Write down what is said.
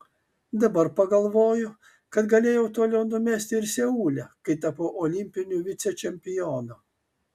dabar pagalvoju kad galėjau toliau numesti ir seule kai tapau olimpiniu vicečempionu